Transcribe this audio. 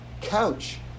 couch